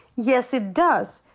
yes, it does.